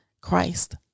Christ